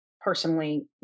personally